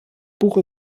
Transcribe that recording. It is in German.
buch